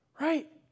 Right